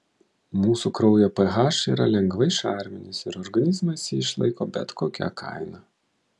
mūsų kraujo ph yra lengvai šarminis ir organizmas jį išlaiko bet kokia kaina